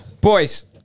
Boys